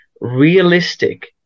realistic